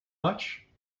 much